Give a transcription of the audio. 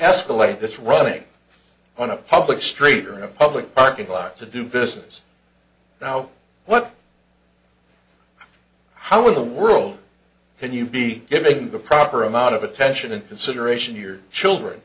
escalade that's running on a public street or in a public parking lot to do business now what how in the world could you be giving the proper amount of attention and consideration your children